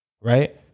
Right